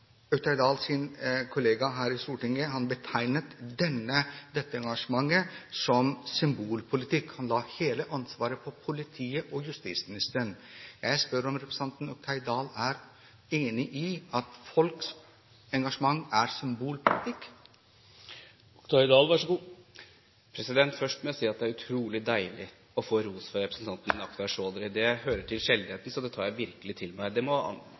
kollega her i Stortinget dette engasjementet som symbolpolitikk. Han la hele ansvaret på politiet og på justisministeren. Jeg spør om representanten Oktay Dahl er enig i at folks engasjement er symbolpolitikk. Først må jeg si at det er utrolig deilig å få ros fra representanten Akhtar Chaudhry. Det hører til sjeldenhetene, så det tar jeg virkelig til meg. Den må